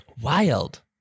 Wild